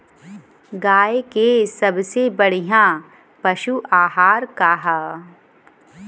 गाय के सबसे बढ़िया पशु आहार का ह?